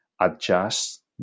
adjust